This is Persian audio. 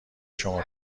شما